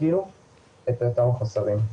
את אותם החוסרים.